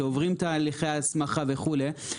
שעוברים תהליכי הסמכה וכו',